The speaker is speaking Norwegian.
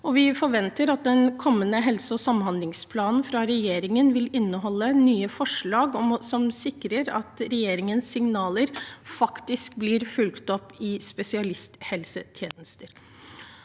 Vi forventer at den kommende helse- og samhandlingsplanen fra regjeringen vil inneholde nye forslag som sikrer at regjeringens signaler faktisk blir fulgt opp i spesialisthelsetjenesten.